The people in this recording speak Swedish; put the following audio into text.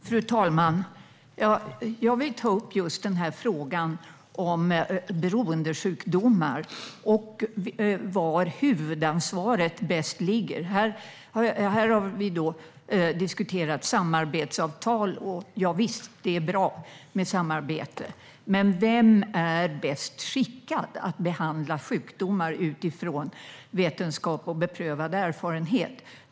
Fru talman! Jag vill ta upp frågan om beroendesjukdomar och var huvudansvaret bäst ligger. Här har vi diskuterat samarbetsavtal. Visst, det är bra med samarbete. Men vem är bäst skickad att behandla sjukdomar utifrån vetenskap och beprövad erfarenhet?